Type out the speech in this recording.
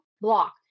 block